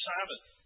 Sabbath